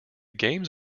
games